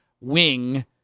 wing